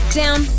down